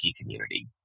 community